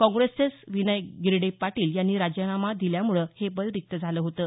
काँग्रेसचेच विनय गिरडे पाटील यांनी राजीनामा दिल्यामुळे हे पद रिक्त झालं होतं